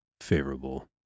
favorable